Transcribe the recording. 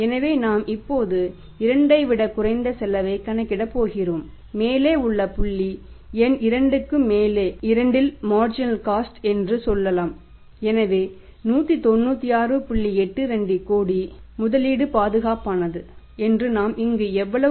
எனவே marginal cost எவ்வளவு